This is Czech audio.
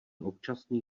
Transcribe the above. občasný